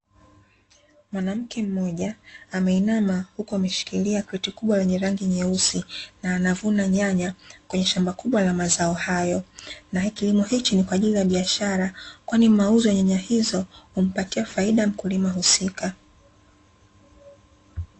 Mwanamke mmoja ameinama huku ameshikilia kreti kubwa lenye rangi nyeusi, na anavuna nyanya kwenye shamba kubwa la mazao haya, na kilimo hiki ni kwa ajili ya biashara kwani mauzo ya nyanya hizo kumpatia faida mkulima husika.